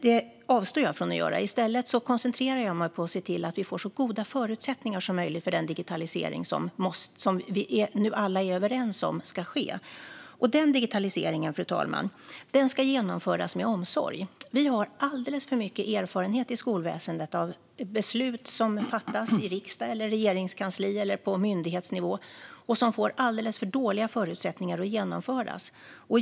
Jag avstår från det och koncentrerar mig i stället på att se till att vi får så goda förutsättningar som möjligt för den digitalisering som vi nu alla är överens om ska ske. Den digitaliseringen, fru talman, ska genomföras med omsorg. Vi har alldeles för mycket erfarenhet i skolväsendet av beslut som fattas i riksdagen, i Regeringskansliet eller på myndighetsnivå och som får alldeles för dåliga förutsättningar att genomföras.